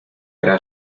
hará